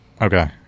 Okay